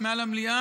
מעל הדוכן: